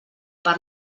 per